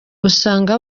usanga